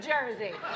Jersey